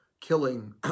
killing